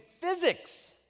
physics